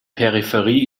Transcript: peripherie